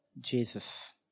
Jesus